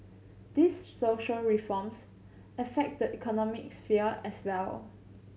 these social reforms affect the economic sphere as well